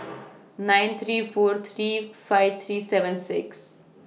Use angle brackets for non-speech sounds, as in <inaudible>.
<noise> nine three four three five three seven six